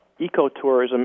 ecotourism